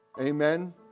Amen